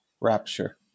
rapture